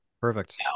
Perfect